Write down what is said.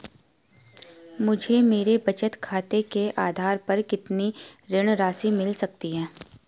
मुझे मेरे बचत खाते के आधार पर कितनी ऋण राशि मिल सकती है?